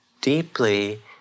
deeply